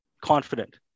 confident